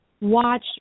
watch